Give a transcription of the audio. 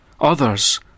Others